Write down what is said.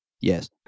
yes